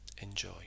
enjoy